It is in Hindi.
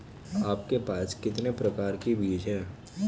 आपके पास कितने प्रकार के बीज हैं?